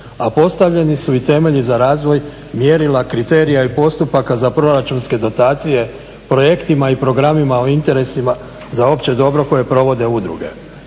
a postavljeni su i temelji za razvoj mjerila, kriterija i postupaka za proračunske dotacije projektima i programima o interesima za opće dobro koje provode udruge.